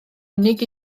unig